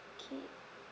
okay